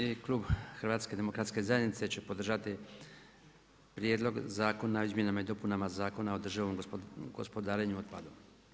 I klub HDZ-a će podržati prijedlog Zakona o izmjenama i dopunama Zakona o održivom gospodarenju otpadom.